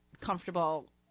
comfortable